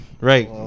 right